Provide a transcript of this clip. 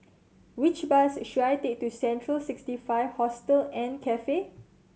which bus should I take to Central Sixty Five Hostel and Cafe